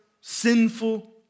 sinful